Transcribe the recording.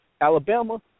Alabama